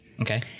Okay